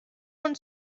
und